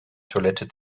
toilette